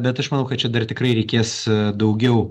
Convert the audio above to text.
bet aš manau kad čia dar tikrai reikės daugiau